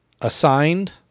Assigned